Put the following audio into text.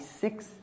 six